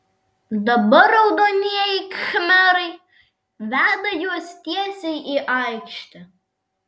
dabar raudonieji khmerai veda juos tiesiai į aikštę